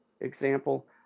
example